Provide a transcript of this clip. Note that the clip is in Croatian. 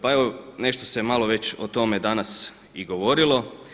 Pa evo nešto se malo već o tome danas i govorilo.